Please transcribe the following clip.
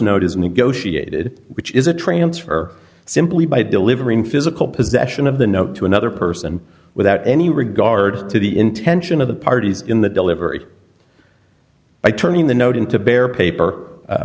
is negotiated which is a transfer simply by delivering physical possession of the note to another person without any regard to the intention of the parties in the delivery by turning the note into